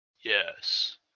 Yes